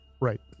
Right